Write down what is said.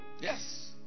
Yes